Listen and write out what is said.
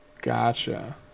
Gotcha